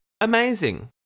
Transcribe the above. Amazing